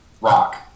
rock